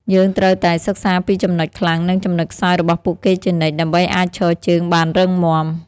យើងត្រូវតែសិក្សាពីចំណុចខ្លាំង និងចំណុចខ្សោយរបស់ពួកគេជានិច្ច ដើម្បីអាចឈរជើងបានរឹងមាំ។